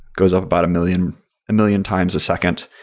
goes off about a million a million times a second,